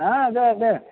ఆ అదే అదే